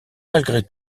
malgré